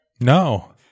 no